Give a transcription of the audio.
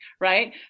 right